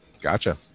gotcha